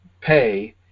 pay